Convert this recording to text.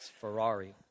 Ferrari